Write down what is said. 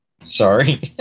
Sorry